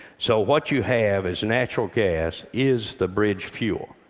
so what you have is natural gas is the bridge fuel,